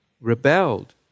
rebelled